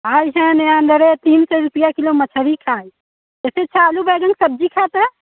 हाँ ऐसे अंदरे तीन सौ रुपये किलो मछली खान इससे अच्छा आलू बैंगन की सब्ज़ी खाते